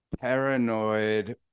paranoid